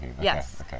yes